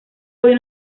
hoy